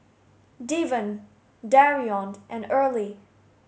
Deven Darion and Earley